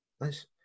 Nice